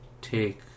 Take